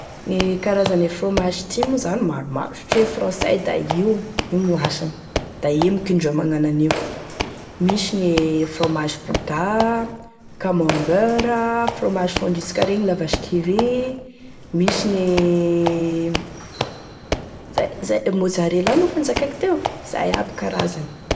Gne karazany e fromage ty zany maromaro satria e frantsay da io da io gn'asany da emiky indreo manao an'io, da misy gne fromage gouda, camembert, fromage fondu asika regny la vache qui rit, misy gne zay zay mozzarella moa efa nozakaiko teo, zay aby karazany.